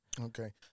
Okay